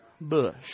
bush